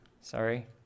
sorry